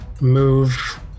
move